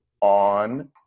on